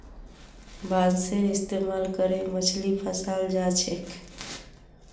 बांसेर इस्तमाल करे मछली फंसाल जा छेक